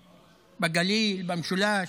בגליל, במשולש,